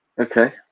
Okay